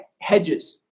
hedges